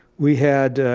we had,